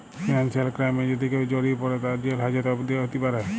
financial ক্রাইমে যদি কেউ জড়িয়ে পরে, তার জেল হাজত অবদি হ্যতে প্যরে